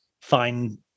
find